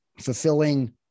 fulfilling